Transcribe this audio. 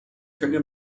könne